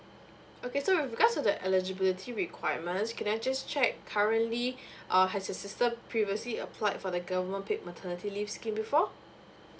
okay so with regards to the eligibility requirements can I just check currently uh has your sister previously applied for the government paid maternity leave scheme before